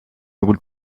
would